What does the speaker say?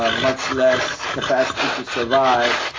ah much less capacity to survive,